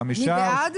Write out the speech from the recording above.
מי נגד?